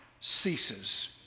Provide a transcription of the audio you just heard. ceases